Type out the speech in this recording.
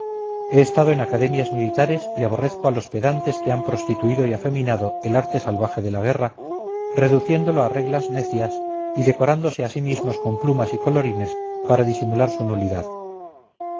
he estado en academias militares y aborrezco a los pedantes que han prostituido y afeminado el arte salvaje de la guerra reduciéndolo a reglas necias y decorándose a sí mismos con plumas y colorines para disimular su nulidad